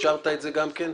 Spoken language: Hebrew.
אישרת את זה גם כן.